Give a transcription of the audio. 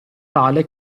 tale